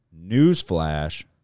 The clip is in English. Newsflash